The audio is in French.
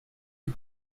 est